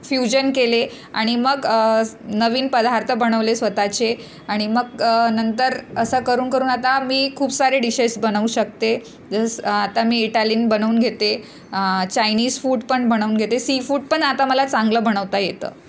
fusion केले आणि मग नवीन पदार्थ बनवले स्वतःचे आणि मग नंतर असं करून करून आता मी खूप सारे डिशेस बनवू शकते जस आता मी इटालियन बनवून घेते चायनीज फूड पण बनवून घेते सीफूड पण आता मला चांगलं बनवता येतं